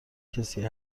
کسی